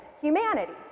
humanity